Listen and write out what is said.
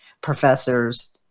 professors